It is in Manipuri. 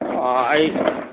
ꯑꯩ